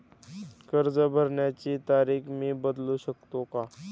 कर्ज भरण्याची तारीख मी बदलू शकतो का?